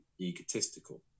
egotistical